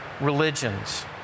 religions